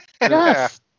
Yes